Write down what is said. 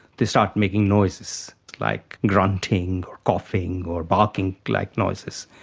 they start making noises like grunting or coughing or barking-like like noises.